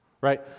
Right